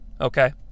okay